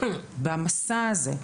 במסע הזה,